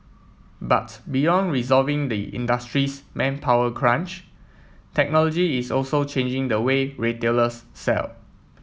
but beyond resolving the industry's manpower crunch technology is also changing the way retailers sell